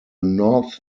north